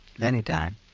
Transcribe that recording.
Anytime